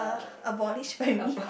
a~ abolished family